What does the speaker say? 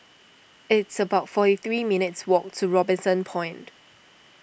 it's about forty three minutes' walk to Robinson Point